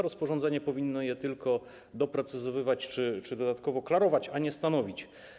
Rozporządzenie powinno je tylko doprecyzowywać czy dodatkowo klarować, a nie stanowić.